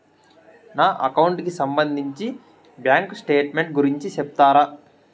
నా అకౌంట్ కి సంబంధించి బ్యాంకు స్టేట్మెంట్ గురించి సెప్తారా